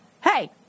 Hey